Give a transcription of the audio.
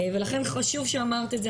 ולכן חשוב שאמרת את זה,